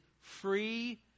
free